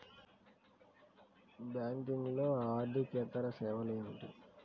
బ్యాంకింగ్లో అర్దికేతర సేవలు ఏమిటీ?